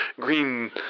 green